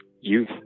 youth